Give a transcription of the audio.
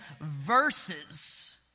verses